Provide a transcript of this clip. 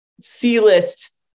c-list